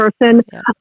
person